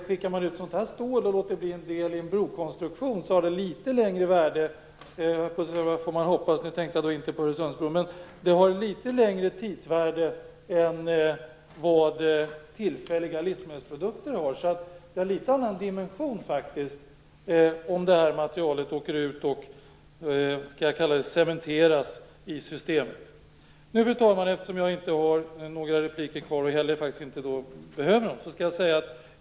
Skickar man ut sådant stål att bli en del i en brokonstruktion, har det litet längre tidsvärde - får man hoppas, jag tänker inte på Öresundsbron - än vad tillfälliga livsmedelsprodukter har. Det är en litet annan dimension om materialet cementeras i systemet. Fru talman! Jag har inte några repliker kvar, och behöver dem inte heller.